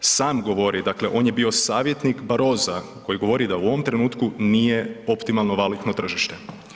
Sam govori, dakle on je bio savjetnik Baroza koji govori da u ovom trenutku nije optimalno valutno tržište.